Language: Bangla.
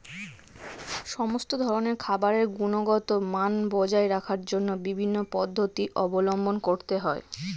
সমস্ত ধরনের খাবারের গুণগত মান বজায় রাখার জন্য বিভিন্ন পদ্ধতি অবলম্বন করতে হয়